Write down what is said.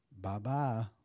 Bye-bye